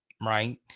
right